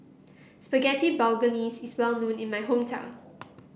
Spaghetti Bolognese is well known in my hometown